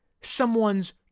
someone's